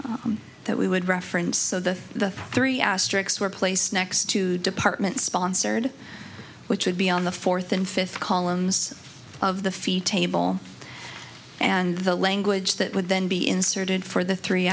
two that we would reference so that the three asterix were placed next to department sponsored which would be on the fourth and fifth columns of the fee table and the language that would then be inserted for the three